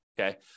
Okay